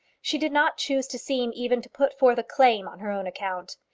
she did not choose to seem even to put forth a claim on her own account.